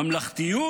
ממלכתיות?